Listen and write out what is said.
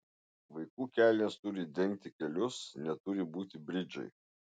vaikų kelnės turi dengti kelius neturi būti bridžai